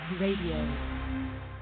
Radio